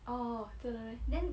哦真的 meh